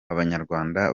abanyarwanda